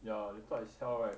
ya later I sell right